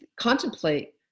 contemplate